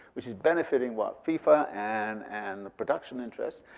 which is benefiting what, fifa and and the production interests,